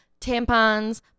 tampons